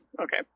Okay